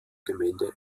gemeinde